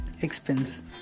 expense